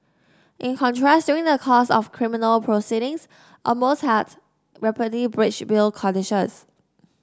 in contrast during the course of criminal proceedings Amos has repeatedly breached bail conditions